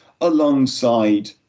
alongside